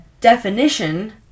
definition